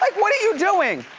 like what are you doing?